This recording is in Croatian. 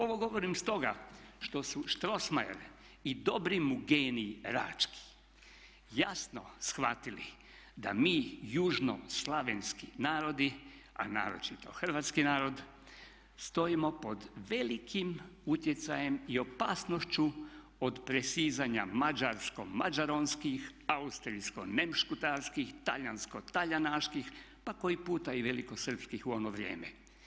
Ovo govorim stoga što su Strossmayer i dobri mu genij Rački jasno shvatili da mi južnoslavenski narodi, a naročito Hrvatski narod stojimo pod velikim utjecajem i opasnošću od presizanja mađarskom mađaronskih, austrijsko nemškutarskih, talijansko talijanaških, pa koji puta i velikosrpskih u ono vrijeme.